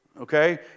okay